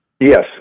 Yes